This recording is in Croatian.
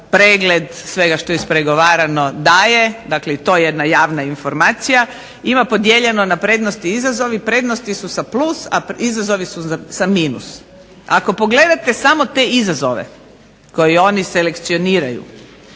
pregled svega što je ispregovarano daje, dakle i to je jedna javna informacija, ima podijeljeno na prednost i izazove. Prednosti su sa plus, a izazovi su sa minus. Ako pogledate samo te izazove koje oni selekcioniraju